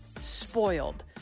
spoiled